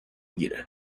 گیره